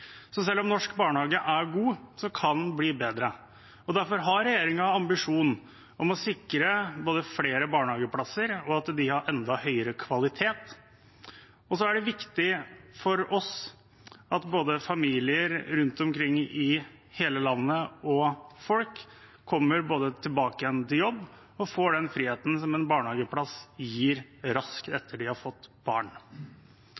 Selv om den norske barnehagen er god, kan den bli bedre. Derfor har regjeringen en ambisjon om både å sikre flere barnehageplasser og at de har enda høyere kvalitet. Så er det viktig for oss at familier og folk rundt omkring i hele landet kommer raskt tilbake igjen til jobb etter de har fått barn og får den friheten som en barnehageplass gir.